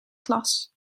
glas